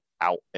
out